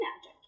magic